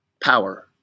Power